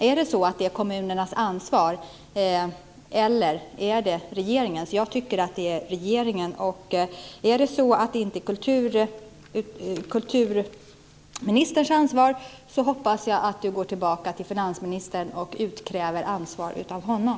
Är det kommunernas ansvar, eller är det regeringens ansvar? Jag tycker att det är regeringens ansvar. Om det inte är kulturministerns ansvar hoppas jag att hon går tillbaka till finansministern och utkräver ansvar av honom.